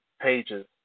pages